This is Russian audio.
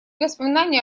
воспоминания